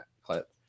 clip